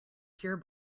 pure